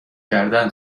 کردن